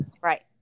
Right